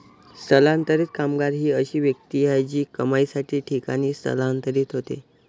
स्थलांतरित कामगार ही अशी व्यक्ती आहे जी कमाईसाठी ठिकाणी स्थलांतरित होते